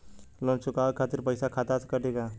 Loan चुकावे खातिर पईसा खाता से कटी का?